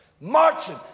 Marching